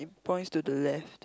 points to the left